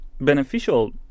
beneficial